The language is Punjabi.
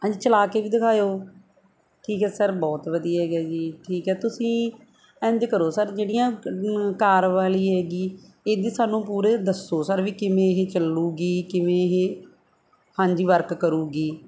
ਹਾਂਜੀ ਚਲਾ ਕੇ ਵੀ ਦਿਖਾਇਓ ਠੀਕ ਹੈ ਸਰ ਬਹੁਤ ਵਧੀਆ ਹੈਗਾ ਜੀ ਠੀਕ ਹੈ ਤੁਸੀਂ ਇੰਝ ਕਰੋ ਸਰ ਜਿਹੜੀਆਂ ਕਾਰ ਵਾਲੀ ਹੈਗੀ ਇਹਦੀ ਸਾਨੂੰ ਪੂਰੇ ਦੱਸੋ ਸਰ ਵੀ ਕਿਵੇਂ ਇਹ ਚੱਲੂਗੀ ਕਿਵੇਂ ਇਹ ਹਾਂਜੀ ਵਰਕ ਕਰੂਗੀ